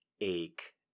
ache